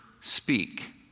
speak